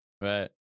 Right